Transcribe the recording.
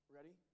Ready